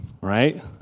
right